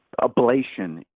ablation